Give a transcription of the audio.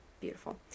Beautiful